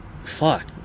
fuck